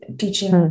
teaching